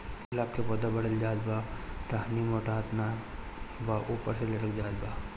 गुलाब क पौधा बढ़ले जात बा टहनी मोटात नाहीं बा ऊपर से लटक जात बा?